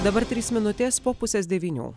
dabar trys minutės po pusės devynių